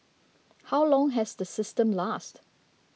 how long has the system lasted